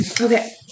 Okay